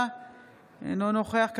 אינו נוכח ואליד אלהואשלה,